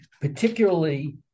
particularly